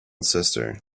sister